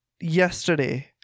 yesterday